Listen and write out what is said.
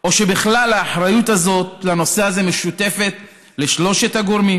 או שבכלל האחריות הזאת לנושא הזה משותפת לשלושת הגורמים.